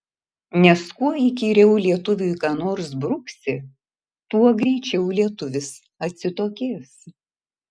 nes kuo įkyriau lietuviui ką nors bruksi tuo greičiau lietuvis atsitokės